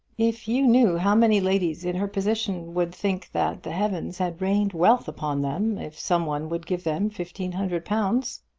if you knew how many ladies in her position would think that the heavens had rained wealth upon them if some one would give them fifteen hundred pounds!